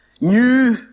new